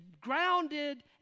grounded